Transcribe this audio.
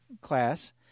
class